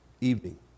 evening